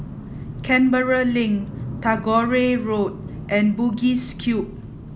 Canberra Link Tagore Road and Bugis Cube